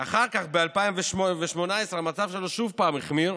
אחר כך, ב-2018 המצב שלו שוב החמיר.